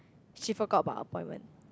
she forgot about appointment